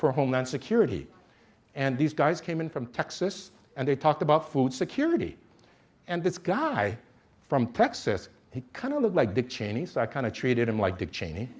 for homeland security and these guys came in from texas and they talked about food security and this guy from texas he kind of like dick cheney's that kind of treated him like dick cheney